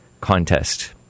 Contest